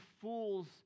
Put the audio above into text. fools